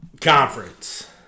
Conference